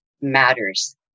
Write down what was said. matters